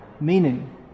meaning